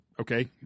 okay